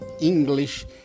English